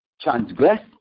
transgress